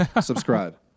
Subscribe